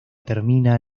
termina